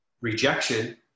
rejection